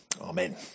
Amen